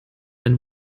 ein